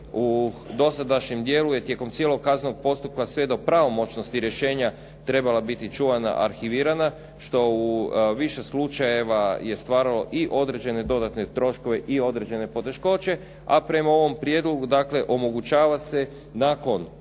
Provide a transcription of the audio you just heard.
u dosadašnjem dijelu je tijekom cijelog kaznenog postupka sve do pravomoćnosti rješenja trebala biti čuvana, arhivirana, što u više slučajeva je stvaralo i određene dodatne troškove i određene poteškoće, a prema ovom prijedlogu dakle omogućava se nakon